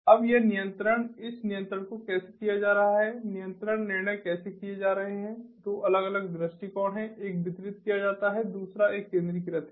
अब यह नियंत्रण इस नियंत्रण को कैसे किया जा रहा है नियंत्रण निर्णय कैसे किए जा रहे हैं 2 अलग अलग दृष्टिकोण हैं एक वितरित किया जाता है दूसरा एक केंद्रीकृत है